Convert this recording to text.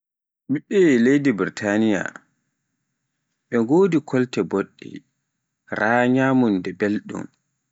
ɓiɓɓe leydi Burtaniya, ɓe wodi kolte boɗɗe raa e nyamunda belɗum..